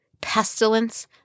pestilence